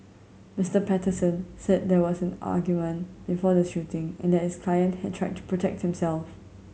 Mister Patterson said there was an argument before the shooting and that his client had tried to protect himself